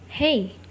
Hey